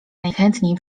najchętniej